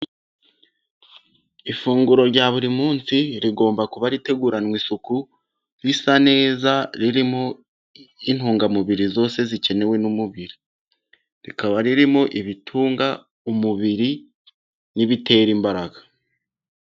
Ifunguro rya buri munsi rigomba kuba riteguranwe isuku risa neza, ririmo intungamubiri zose zikenewe n'umubiri, rikaba ririmo ibitunga umubiri n'ibitera imbaraga.